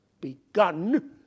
begun